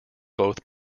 both